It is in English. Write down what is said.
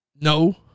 No